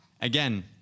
again